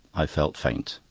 i felt faint,